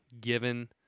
given